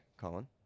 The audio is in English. Colin